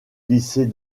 lycée